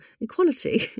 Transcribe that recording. equality